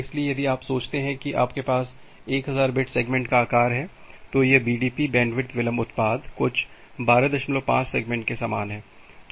इसलिए यदि आप सोचते हैं कि आपके पास 1000 बिट सेगमेंट का आकार है तो यह बीडीपी बैंडविड्थ विलंब उत्पाद कुछ 125 सेगमेंट के समान है